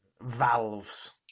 Valves